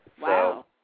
Wow